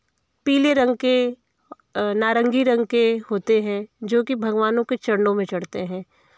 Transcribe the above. पीले रंग के नारंगी रंग के होते हैं जो कि भगवानों के चरणों में चढ़ते हैं